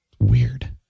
Weird